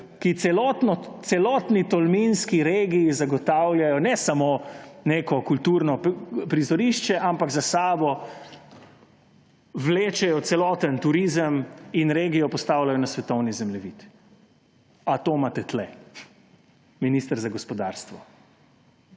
ki celotni tolminski regiji zagotavljajo ne samo neko kulturno prizorišče, ampak za sabo vlečejo celoten turizem in regijo postavljajo na svetovni zemljevid. »A to imate tukaj?« Minister za gospodarstvo!